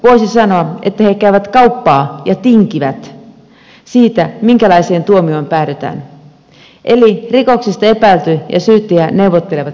voisi sanoa että he käyvät kauppaa ja tinkivät siitä minkälaiseen tuomioon päädytään eli rikoksesta epäilty ja syyttäjä neuvottelevat keskenään